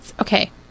Okay